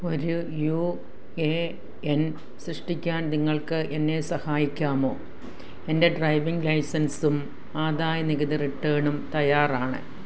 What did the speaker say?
ഒരു U A N സൃഷ്ടിക്കാൻ നിങ്ങൾക്ക് എന്നെ സഹായിക്കാമോ എന്റെ ഡ്രൈവിങ് ലൈസൻസും ആദായ നികുതി റിട്ടേണും തയ്യാറാണ്